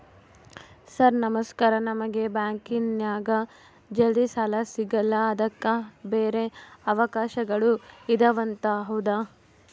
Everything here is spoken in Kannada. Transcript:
ಸರ್ ನಮಸ್ಕಾರ ನಮಗೆ ಬ್ಯಾಂಕಿನ್ಯಾಗ ಜಲ್ದಿ ಸಾಲ ಸಿಗಲ್ಲ ಅದಕ್ಕ ಬ್ಯಾರೆ ಅವಕಾಶಗಳು ಇದವಂತ ಹೌದಾ?